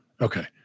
Okay